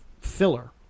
filler